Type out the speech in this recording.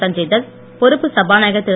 சஞ்சய்தத் பொறுப்பு சபாநாயகர் திரு